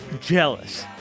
Jealous